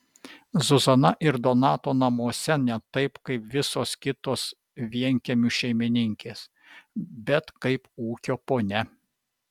zuzana ir donato namuose ne taip kaip visos kitos vienkiemių šeimininkės bet kaip ūkio ponia